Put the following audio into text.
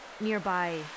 nearby